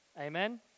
Amen